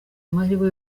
amahirwe